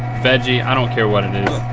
veggie, i don't care what it is.